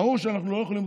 ברור שאנחנו לא יכולים,